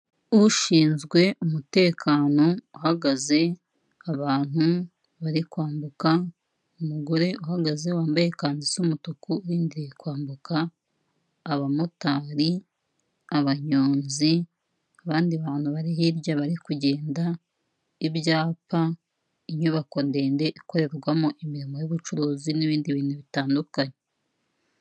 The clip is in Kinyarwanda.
Ushinzwe umutekano uhagaze abantu bari kwambuka umugore uhagaze wambaye ikanzu isa umutuku urindiye kwambuka abamotari, abanyonzi, abandi bantu bari hirya bari kugenda, ibyapa, inyubako ndende ikorerwamo imirimo y'ubucuruzi, n'ibindi bintu bitandukanye.